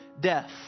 death